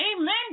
Amen